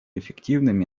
эффективными